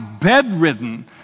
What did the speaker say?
bedridden